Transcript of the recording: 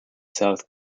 south